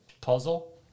puzzle